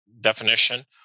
definition